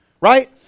right